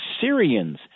Syrians